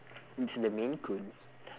it's the maine coon